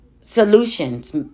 solutions